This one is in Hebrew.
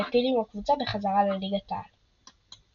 והעפיל עם הקבוצה בחזרה לליגת העל.